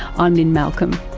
i'm lynne malcolm,